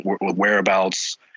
Whereabouts